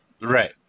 Right